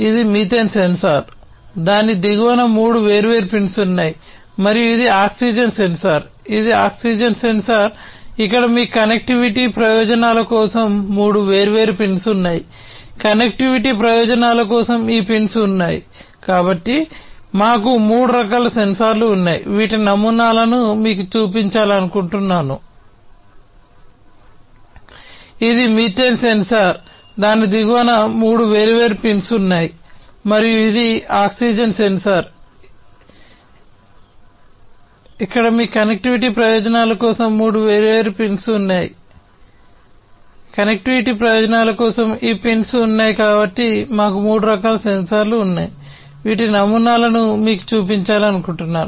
ఇది methane sensor మీకు చూపించాలనుకుంటున్నాను